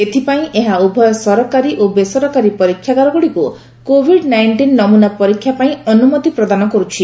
ଏଥିପାଇଁ ଏହା ଉଭୟ ସରକାରୀ ଓ ବେସରକାରୀ ପରୀକ୍ଷାଗାରଗୁଡ଼ିକୁ କୋଭିଡ୍ ନାଇଷ୍ଟିନ୍ ନମୁନା ପରୀକ୍ଷା ପାଇଁ ଅନୁମତି ପ୍ରଦାନ କରୁଛି